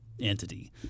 entity